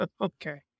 Okay